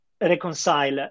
reconcile